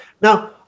Now